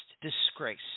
disgrace